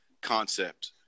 concept